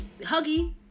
Huggy